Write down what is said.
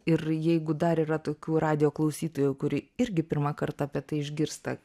ir jeigu dar yra tokių radijo klausytojų kurie irgi pirmą kartą apie tai išgirsta